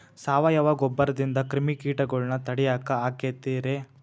ಸಾವಯವ ಗೊಬ್ಬರದಿಂದ ಕ್ರಿಮಿಕೇಟಗೊಳ್ನ ತಡಿಯಾಕ ಆಕ್ಕೆತಿ ರೇ?